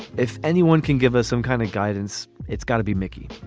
if anyone can give us some kind of guidance, it's gonna be mickey.